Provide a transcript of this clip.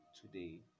today